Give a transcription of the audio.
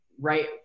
right